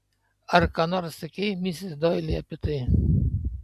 ar ką nors sakei misis doili apie tai